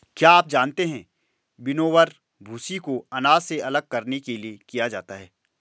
क्या आप जानते है विनोवर, भूंसी को अनाज से अलग करने के लिए किया जाता है?